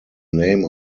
name